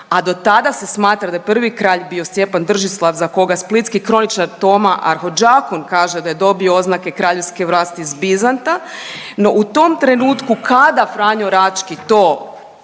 a do tada se da je prvi kralj bio Stjepan Držislav za koga splitski kroničar Toma Arhiđakon kaže da je dobio oznake kraljevske vlasti s Bizanta. No u tom trenutku kada Franjo Rački to